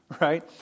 right